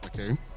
okay